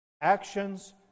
actions